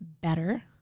better